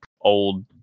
old